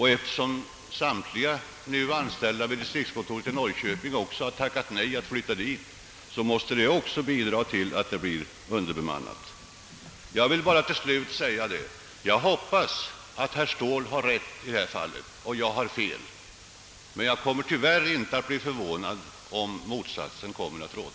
När dessutom nästan samtliga befattningshavare i Norrköping tackat nej till att flytta, bidrar det också till att det blir en obetydlig ökning. Jag hoppas att herr Ståhl har rätt i det här fallet och att jag har fel, men tyvärr kommer jag inte att bli förvånad om motsatsen blir fallet.